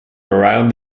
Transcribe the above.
around